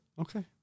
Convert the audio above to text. Okay